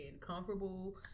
comfortable